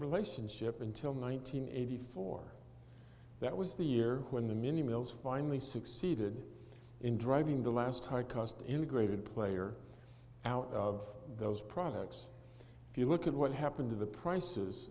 relationship until one thousand nine hundred eighty four that was the year when the mini mills finally succeeded in driving the last high cost integrated player out of those products if you look at what happened to the prices